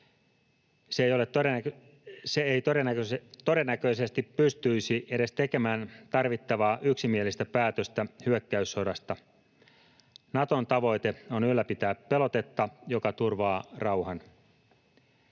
Se ei todennäköisesti pystyisi edes tekemään tarvittavaa yksimielistä päätöstä hyökkäyssodasta. Naton tavoite on ylläpitää pelotetta, joka turvaa rauhan.